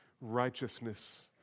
righteousness